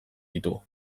ditu